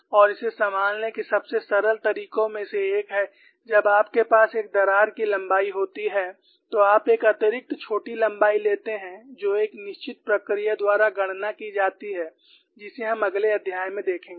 और इसे संभालने के सबसे सरल तरीकों में से एक है जब आपके पास एक दरार की लंबाई होती है तो आप एक अतिरिक्त छोटी लंबाई लेते हैं जो एक निश्चित प्रक्रिया द्वारा गणना की जाती है जिसे हम अगले अध्याय में देखेंगे